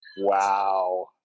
Wow